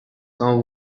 qu’en